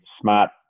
smart